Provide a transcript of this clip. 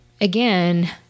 again